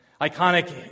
iconic